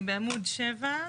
אני בעמוד 7,